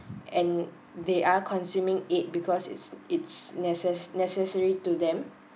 and they are consuming it because it's it's necess~ necessary to them